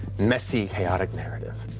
messy, chaotic narrative.